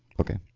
Okay